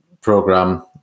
program